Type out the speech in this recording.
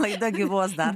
laida gyvuos dar